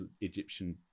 Egyptian